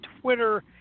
Twitter